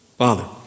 Father